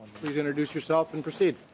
please introduce yourself and proceed.